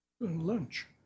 lunch